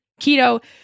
keto